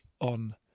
on